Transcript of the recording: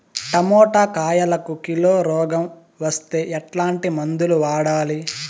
Tomato కాయలకు kilo రోగం వస్తే ఎట్లాంటి మందులు వాడాలి?